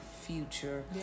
future